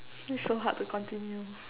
it's so hard to continue